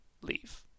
leave